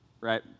Right